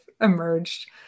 emerged